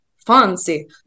Fancy